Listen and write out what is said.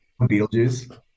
Beetlejuice